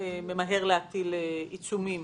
ממהר להטיל עיצומים